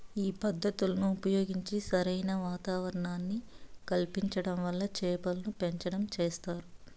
ఈ పద్ధతులను ఉపయోగించి సరైన వాతావరణాన్ని కల్పించటం వల్ల చేపలను పెంచటం చేస్తారు